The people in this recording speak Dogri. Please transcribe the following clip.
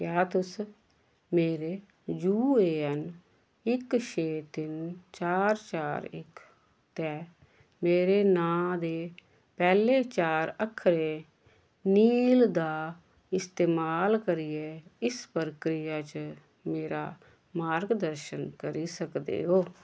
क्या तुस मेरे यू ए एन इक छे तिन्न चार चार इक त्रैऽ मेरे नांऽ दे पैह्ले चार अक्खरें नील दा इस्तेमाल करियै इस प्रक्रिया च मेरा मार्गदर्शन करी सकदे ओ